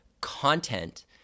content